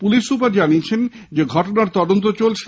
police super জানিয়েছেন ঘটনার তদন্ত চলছে